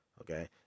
Okay